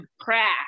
crack